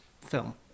film